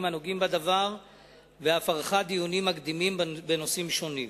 הנוגעים בדבר ואף ערכה דיונים מקדימים בנושאים שונים.